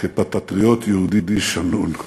כפטריוט יהודי שנון.